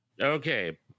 Okay